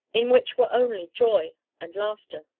in which were only joy and laughter.